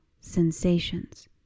sensations